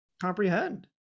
comprehend